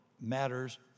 matters